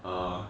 err